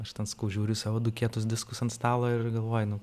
aš ten sakau žiūriu į savo du kietus diskus ant stalo ir galvoju nu